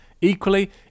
Equally